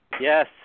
Yes